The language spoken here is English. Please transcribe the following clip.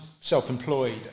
self-employed